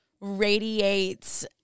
radiates